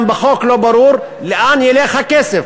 גם בחוק לא ברור לאן ילך הכסף.